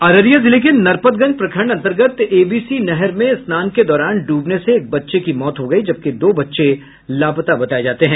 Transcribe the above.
अररिया जिले के नरपतगंज प्रखंड अंतर्गत एबीसी नहर में स्नान के दौरान डूबने से एक बच्चे की मौत हो गयी जबकि दो बच्चे लापता बताये जाते हैं